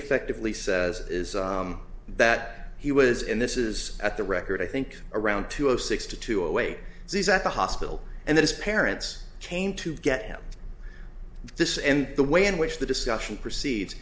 effectively says is that he was in this is at the record i think around two zero six to two away he's at the hospital and those parents came to get him this and the way in which the discussion proceeds